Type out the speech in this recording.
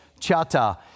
chata